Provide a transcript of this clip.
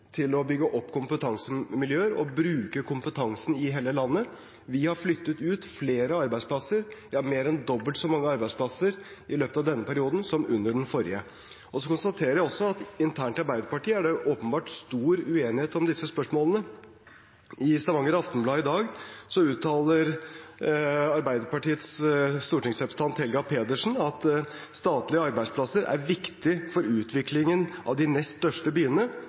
til å bygge opp kompetansemiljøer og bruke kompetansen i hele landet. Vi har flyttet ut flere arbeidsplasser, ja, mer enn dobbelt så mange arbeidsplasser i løpet av denne perioden som under den forrige. Så konstaterer jeg også at internt i Arbeiderpartiet er det åpenbart stor uenighet om disse spørsmålene. I Stavanger Aftenblad i dag uttaler Arbeiderpartiets stortingsrepresentant Helga Pedersen at statlige arbeidsplasser er viktig for utviklingen av de nest største byene.